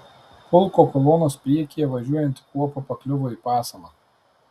pulko kolonos priekyje važiuojanti kuopa pakliuvo į pasalą